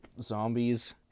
Zombies